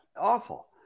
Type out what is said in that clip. Awful